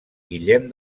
guillem